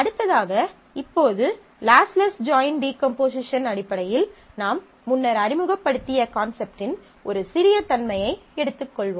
அடுத்ததாக இப்போது lossless join decomposition அடிப்படையில் நாம் முன்னர் அறிமுகப்படுத்திய கான்செப்ட்டின் ஒரு சிறிய தன்மையை எடுத்துக்கொள்வோம்